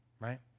right